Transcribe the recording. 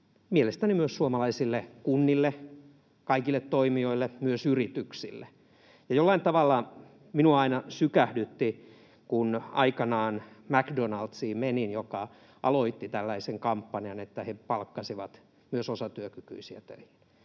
mielestäni myös suomalaisille kunnille, kaikille toimijoille, myös yrityksille. Ja jollain tavalla minua aina sykähdytti, kun aikanaan menin McDonald’siin, joka aloitti tällaisen kampanjan, jossa he palkkasivat myös osatyökykyisiä töihin.